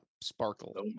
sparkle